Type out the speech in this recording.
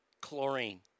Chlorine